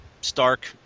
stark